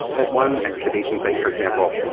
at one excavation site, for example,